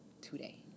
Today